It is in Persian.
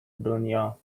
دنیا